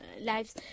lives